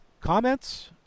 comments